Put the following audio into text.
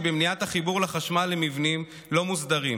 במניעת החיבור לחשמל למבנים לא מוסדרים,